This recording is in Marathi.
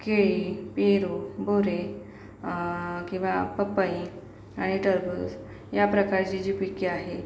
केळी पेरू बोरे किंवा पपई आणि टरबूस या प्रकारची जी पिके आहे